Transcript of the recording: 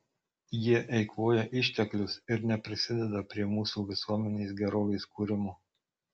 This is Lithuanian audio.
jie eikvoja išteklius ir neprisideda prie mūsų visuomenės gerovės kūrimo